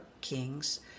kings